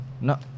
No